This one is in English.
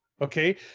okay